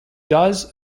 does